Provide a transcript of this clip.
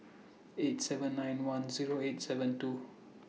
eight seven nine one Zero eight seven two